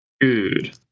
Good